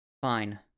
Fine